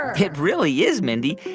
it really is, mindy.